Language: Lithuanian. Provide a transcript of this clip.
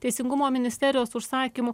teisingumo ministerijos užsakymu